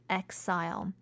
exile